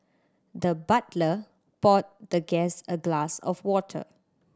the butler poured the guest a glass of water